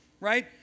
right